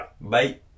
Bye